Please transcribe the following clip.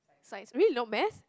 science really not math